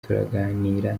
turaganira